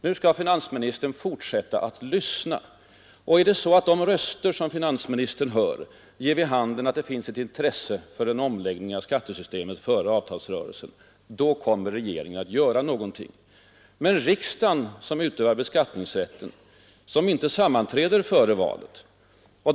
Nu skall finansministern i stället fortsätta att ”lyssna”. Och är det så att de röster som finansministern hör ger vid handen att det finns ett stort intresse av en omläggning av skattesystemet före avtalsrörelsen, då kommer regeringen att göra någonting. Men riksdagen som utövar beskattningsrätten och som inte sammanträder före valet kan alltså inte ta ställning.